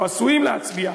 או עשויים להצביע,